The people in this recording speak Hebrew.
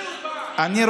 תצביעו פעם אחת,